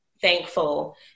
Thankful